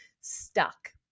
stuck